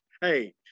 Hey